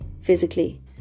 physically